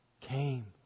came